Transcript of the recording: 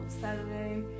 Saturday